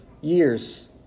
years